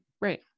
Right